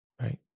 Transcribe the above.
right